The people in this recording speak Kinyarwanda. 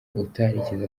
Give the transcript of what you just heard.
utarigeze